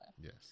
Yes